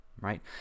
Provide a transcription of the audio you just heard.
right